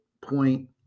point